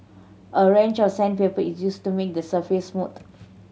a range of sandpaper is used to make the surface smooth